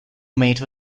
mate